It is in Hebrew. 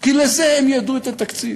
כי לזה הם ייעדו את התקציב.